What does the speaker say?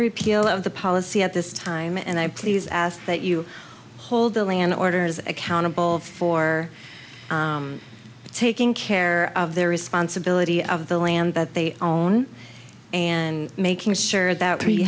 repeal of the policy at this time and i please ask that you hold the land orders accountable for taking care of their responsibility of the land that they own and making sure that